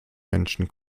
menschen